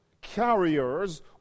carriers